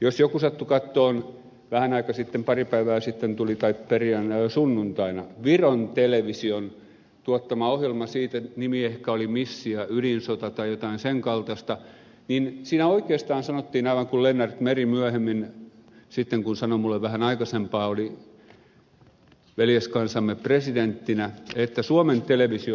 jos joku sattui katsomaan vähän aikaa sitten kun pari päivää sitten tuli sunnuntaina viron television tuottama ohjelma nimi ehkä oli missi ja ydinsota tai jotain sen kaltaista niin siinä oikeastaan sanottiin aivan kuin lennart meri myöhemmin sitten kun sanoi minulle vähän aikaisempaan oli veljeskansamme presidenttinä että suomen televisio pelasti viron